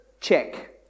check